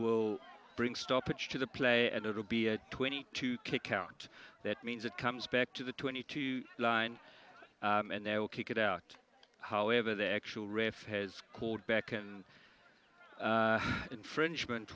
will bring stoppage to the play and it will be a twenty two kick count that means it comes back to the twenty two line and they will kick it out however the actual ref has called back and infringement